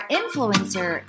influencer